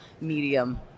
medium